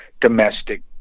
domestic